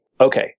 Okay